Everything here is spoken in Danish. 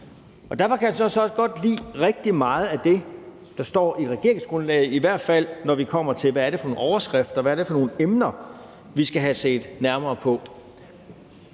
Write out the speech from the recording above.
Derfor kan jeg så også godt lide rigtig meget af det, der står i regeringsgrundlaget, i hvert fald når det kommer til de overskrifter, der er, og de emner, vi skal have set nærmere på.